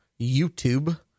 YouTube